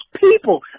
people